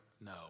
No